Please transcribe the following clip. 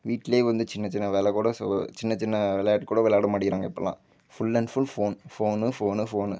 வீட்டிலே வந்து சின்ன சின்ன வேலை கூட ஸோ சின்ன சின்ன விளையாட்டுக்கூட விளையாட மாட்டேக்கிறாங்க இப்போலாம் full and full phone phone phone phone